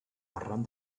arran